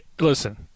listen